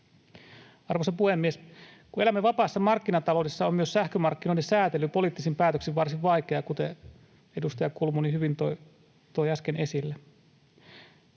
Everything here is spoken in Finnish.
Arvoisa puhemies! Kun elämme vapaassa markkinataloudessa, on myös sähkömarkkinoiden säätely poliittisin päätöksin varsin vaikeaa, kuten edustaja Kulmuni hyvin toi äsken esille.